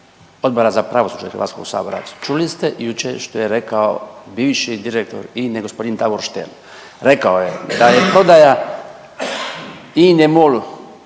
Odbora za pravosuđe HS-a čuli ste jučer što je rekao bivši direktor Ine g. Davor Štern. Rekao je da je prodaja Ina Molu